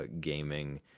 gaming